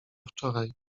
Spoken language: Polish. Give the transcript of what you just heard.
wczoraj